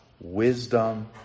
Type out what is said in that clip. wisdom